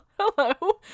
Hello